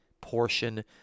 portion